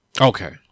Okay